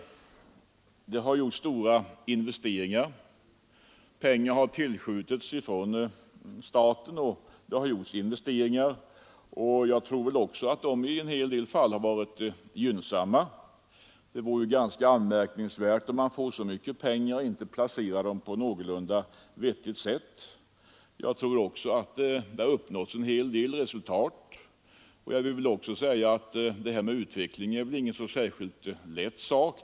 Det har gjorts stora investeringar. Pengar har tillskjutits från staten, och jag tror också att de investeringar som gjorts i en del fall har varit gynnsamma. Det vore ju ganska anmärkningsvärt om man får så mycket pengar och inte placerar dem på ett någorlunda vettigt sätt. Jag tror även att det har uppnåtts en del resultat. Jag vill också säga att detta med utveckling inte är någon särskilt lätt sak.